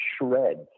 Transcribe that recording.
shreds